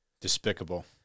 Despicable